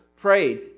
prayed